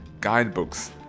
guidebooks